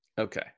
okay